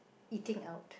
eating out